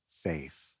faith